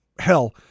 Hell